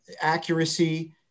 accuracy